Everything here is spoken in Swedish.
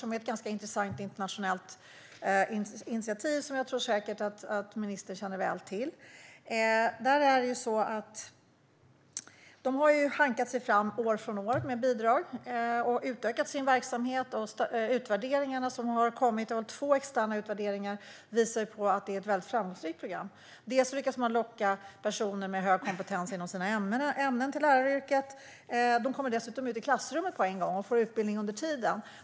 Det är ett intressant internationellt initiativ som jag säkert tror att ministern känner väl till. Teach for Sweden har hankat sig fram år från år med bidrag och utökat sin verksamhet. De två externa utvärderingar som har gjorts visar att det är ett framgångsrikt program. Man lyckas locka personer med hög kompetens inom sina ämnen till läraryrket som dessutom kommer ut i klassrummet på en gång och får utbildning under tiden.